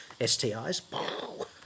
STIs